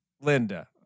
Linda